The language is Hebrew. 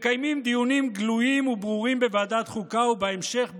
מקיימים דיונים גלויים וברורים בוועדת חוקה ובהמשך במליאה,